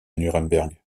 nuremberg